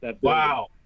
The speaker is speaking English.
Wow